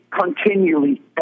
continually